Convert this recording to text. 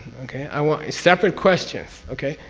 okay? i want. separate questions. okay?